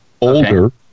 older